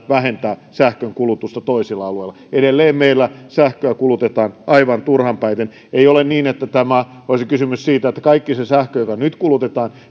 vähentää sähkönkulutusta toisilla alueilla edelleen meillä sähköä kulutetaan aivan turhanpäiten ei ole niin että tässä olisi kysymys siitä että kaikki sähkö joka nyt kulutetaan